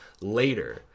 later